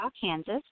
Kansas